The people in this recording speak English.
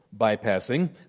bypassing